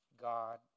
God